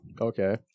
Okay